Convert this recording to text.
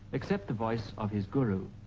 except the voice of his guru.